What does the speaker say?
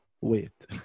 wait